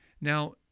Now